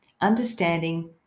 understanding